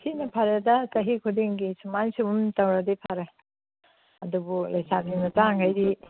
ꯁꯤꯅ ꯐꯔꯦꯗ ꯆꯍꯤ ꯈꯨꯗꯤꯡꯒꯤ ꯁꯨꯃꯥꯏ ꯁꯨꯝ ꯇꯧꯔꯗꯤ ꯐꯔꯦ ꯑꯗꯨꯕꯨ ꯂꯩꯁꯥꯕꯤ ꯃꯆꯥꯉꯩꯗꯤ